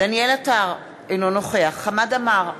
דניאל עטר, אינו נוכח חמד עמאר,